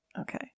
Okay